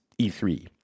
E3